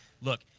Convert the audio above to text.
look